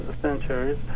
centuries